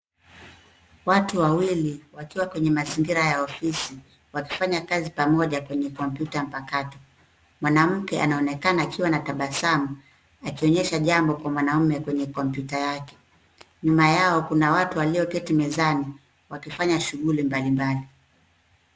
Watu wawili wakiwa kwenye mazingira ya ofisi wakifanya kazi pamoja kwenye kompyuta mpakato. Mwanamke anaonekana akiwa na tabasamu akionyesha jambo kwa mwanaume kwenye kompyuta yake. Nyuma yao kuna watu walioketi mezani wakifanya shughuli mbalimbali.